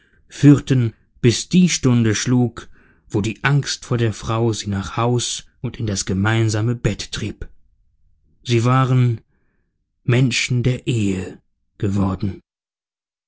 führten bis die stunde schlug wo die angst vor der frau sie nach haus und in das gemeinsame bett trieb sie waren menschen der ehe geworden